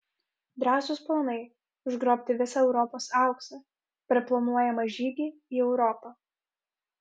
drąsūs planai užgrobti visą europos auksą per planuojamą žygį į europą